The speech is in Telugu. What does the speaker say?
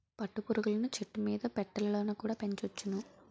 పట్టు పురుగులను చెట్టుమీద పెట్టెలలోన కుడా పెంచొచ్చును